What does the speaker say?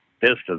pistons